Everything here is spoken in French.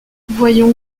voyons